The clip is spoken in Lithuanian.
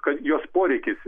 kad jos poreikis